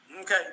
Okay